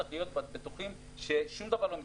צריך להיות בטוחים ששום דבר לא מתפקשש.